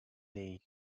değil